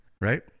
right